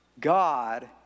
God